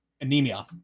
anemia